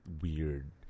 weird